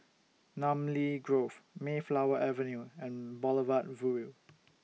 Namly Grove Mayflower Avenue and Boulevard Vue